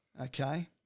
okay